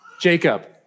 Jacob